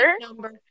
number